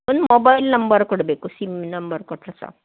ಒಂದು mobile number ಕೊಡಬೇಕು sim number ಕೊಟ್ಟರೆ ಸಾಕು